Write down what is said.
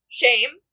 shame